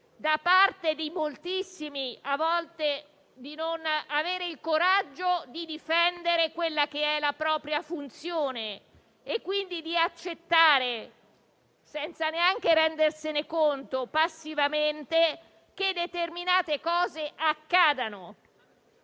da parte di moltissimi di non avere il coraggio di difendere quella che è la propria funzione e, quindi, di accettare, senza neanche rendersene conto, passivamente, che determinate cose accadano.